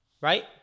right